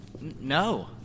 no